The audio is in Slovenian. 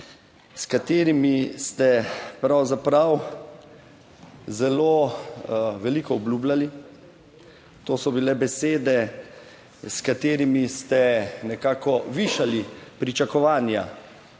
s katerimi ste pravzaprav zelo veliko obljubljali. To so bile besede, s katerimi ste nekako višali pričakovanja